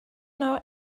know